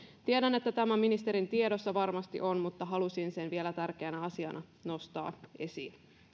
tiedän että tämä ministerin tiedossa varmasti on mutta halusin sen vielä tärkeänä asiana nostaa esiin